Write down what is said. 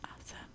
Awesome